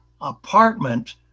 apartment